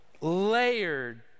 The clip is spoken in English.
layered